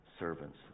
servants